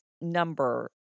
number